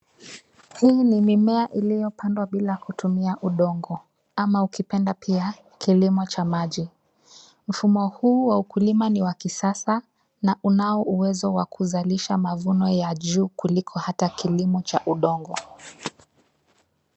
Huu ni mimea iliyopandwa bila kutumia udongo ama ukipenda pia kilimo cha maji. Mfumo huu wa kulima ni wa kisasa na unao uwezo wa kuzalisha mavuno ya juu kuliko hata kilimo cha udongo.